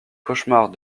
cauchemars